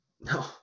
No